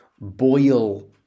Boil